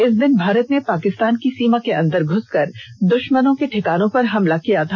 इस दिन भारत ने पाकिस्तान की सीमा के अंदर घुस कर दुष्मनों के ठिकानों पर हमला किया था